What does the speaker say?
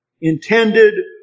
intended